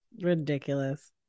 ridiculous